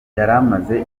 yaramaze